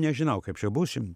nežinau kaip čia būsim